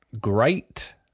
great